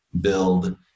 build